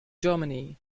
germany